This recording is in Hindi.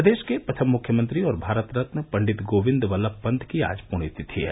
प्रदेश के प्रथम मुख्यमंत्री और भारत रत्न पंडित गोविन्द बल्लभ पंत की आज पृण्यतिथि है